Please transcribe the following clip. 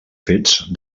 fets